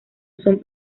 son